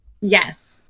Yes